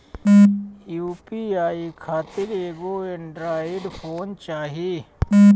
UPI खातिर एगो Android phone चाही